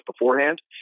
beforehand